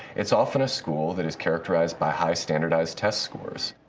it's often a school that is characterized by high standardized test scores.